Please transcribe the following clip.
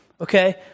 Okay